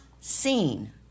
seen